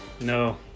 No